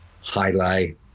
highlight